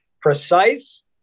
precise